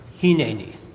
Hineni